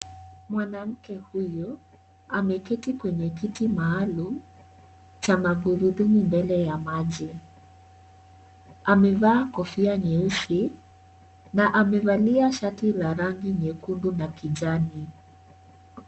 Mwanamke huyu ameketi kwenye kiti maalum cha magurudumu mbwle ya maji. Amevaa kofia nyeusi na amevalia shati la rangi nyekundu na kijani.